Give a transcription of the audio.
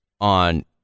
on